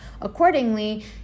accordingly